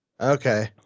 Okay